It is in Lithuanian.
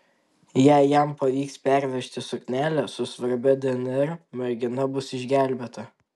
jei jam pavyks pervežti suknelę su svarbia dnr mergina bus išgelbėta